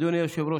אדוני היושב-ראש,